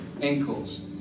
ankles